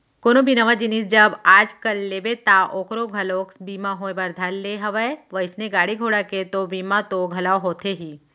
कोनो भी नवा जिनिस जब आज कल लेबे ता ओखरो घलोक बीमा होय बर धर ले हवय वइसने गाड़ी घोड़ा के तो बीमा तो घलौ होथे ही